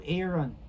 Aaron